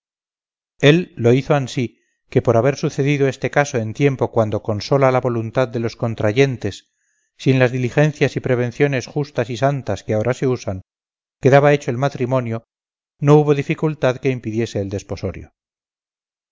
él lo hizo ansí que por haber sucedido este caso en tiempo cuando con sola la voluntad de los contrayentes sin las diligencias y prevenciones justas y santas que ahora se usan quedaba hecho el matrimonio no hubo dificultad que impidiese el desposorio